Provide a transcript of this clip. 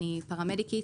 אני פרמדיקית,